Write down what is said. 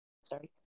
sorry